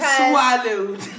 swallowed